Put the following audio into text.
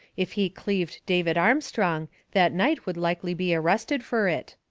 if he cleaved david armstrong, that night would likely be arrested fur it.